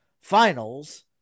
finals